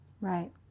Right